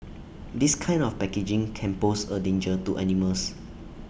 this kind of packaging can pose A danger to animals